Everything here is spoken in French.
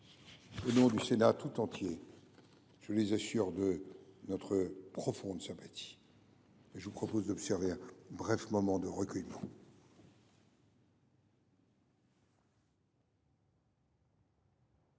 Au nom du Sénat tout entier, je les assure de notre profonde sympathie et je vous invite à observer un moment de recueillement.